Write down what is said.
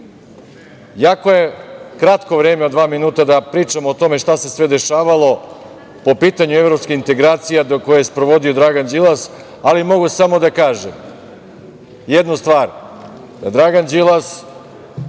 EU.Jako je kratko vreme od dva minuta da pričam o tome šta se sve dešavalo po pitanju evropskih integracija koje je sprovodio Dragan Đilas, ali mogu samo da kažem jednu stvar, da je za